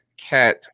cat